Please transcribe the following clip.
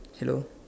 hello